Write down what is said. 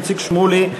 איציק שמולי,